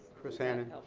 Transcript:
chris hannan.